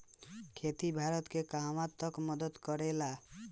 खेती भारत के कहवा तक मदत करे ला?